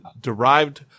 derived